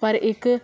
ਪਰ ਇੱਕ